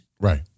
Right